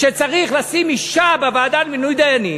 שצריך לשים אישה בוועדה למינוי דיינים,